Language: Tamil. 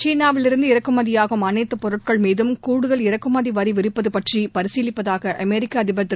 சீனாவிலிருந்து இறக்குமதியாகும் அனைத்து பொருட்கள் மீதும் கூடுதல் இறக்குமதி வரி விதிப்பது பற்றி பரிசீலிப்பதாக அமெரிக்க அதிபர் திரு